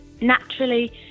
naturally